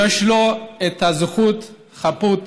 ויש לו את זכות החפות.